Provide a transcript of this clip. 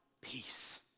peace